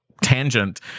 Tangent